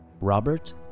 Robert